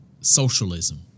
socialism